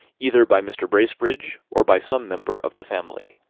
either by mr. bracebridge or by some member of the family.